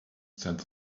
send